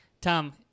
Tom